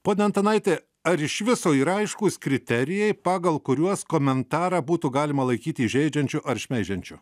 pone antanaiti ar iš viso yra aiškūs kriterijai pagal kuriuos komentarą būtų galima laikyti įžeidžiančiu ar šmeižiančiu